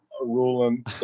ruling